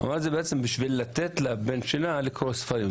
אמרה בעצם בשביל לתת לבן שלה לקרוא ספרים.